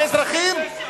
על אזרחים,